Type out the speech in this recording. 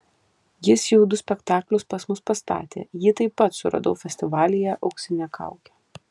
jis jau du spektaklius pas mus pastatė jį taip pat suradau festivalyje auksinė kaukė